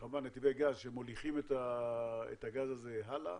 כמובן נתיבי גז שמוליכים את הגז הזה הלאה